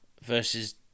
versus